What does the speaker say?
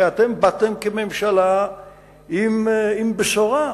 הרי אתם באתם כממשלה עם בשורה,